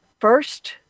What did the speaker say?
first